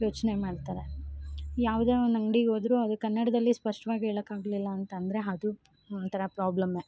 ಯೋಚನೇ ಮಾಡ್ತಾರೆ ಯಾವುದೇ ಒನ್ ಅಂಗಡಿ ಹೋದರು ಅದು ಕನ್ನಡದಲ್ಲಿ ಸ್ಪಷ್ಟವಾಗ್ ಹೇಳೊಕ್ ಆಗಲಿಲ್ಲ ಅಂತಂದರೆ ಅದು ಒಂಥರ ಪ್ರಾಬ್ಲಮ್ಮೇ